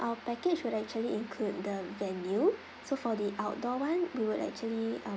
our package would actually include the venue so for the outdoor one we will actually um